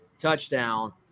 touchdown